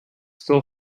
still